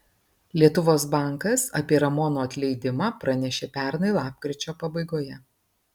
lietuvos bankas apie ramono atleidimą pranešė pernai lapkričio pabaigoje